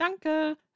Danke